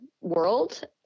world